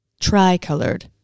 tri-colored